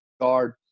guard